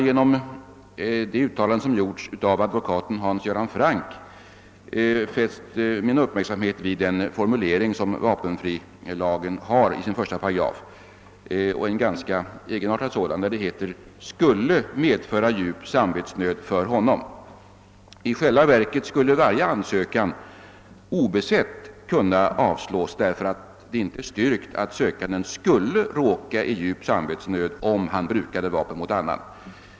Genom ett uttalande som gjorts av advokaten Hans Göran Franck har jag uppmärksammat den formulering som vapenfrilagen har i sin första paragraf. Det är en ganska egen artad sådan, där det heter »skulle medföra djup samvetsnöd för honom». I själva verket skulle varje ansökan obesett kunna avslås därför att det inte är styrkt att vederbörande skulle råka i djup samvetsnöd, om han brukade vapen mot annan.